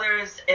others